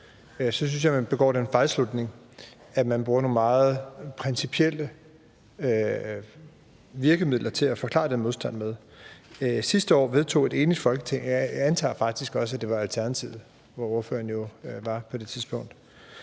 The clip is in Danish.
så synes jeg, man begår den fejlslutning, at man bruger nogle meget principielle virkemidler til at forklare den modstand med. Sidste år vedtog et enigt Folketing – jeg antager faktisk også, at det var med Alternativet, hvor ordføreren jo var på det tidspunkt,